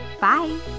Bye